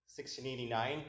1689